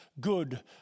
good